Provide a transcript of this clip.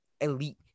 elite